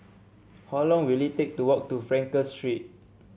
how long will it take to walk to Frankel Street